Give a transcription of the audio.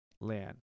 land